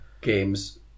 games